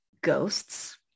ghosts